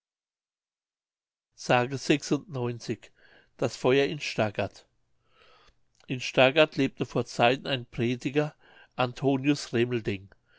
s das feuer in stargard in stargard lebte vor zeiten ein prediger antonius